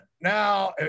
now